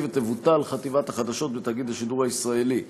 ותבוטל חטיבת החדשות בתאגיד השידור הישראלי.